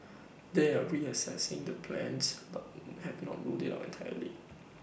they are reassessing their plans but have not ruled IT out entirely